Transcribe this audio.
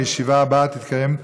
הישיבה הבאה תתקיים,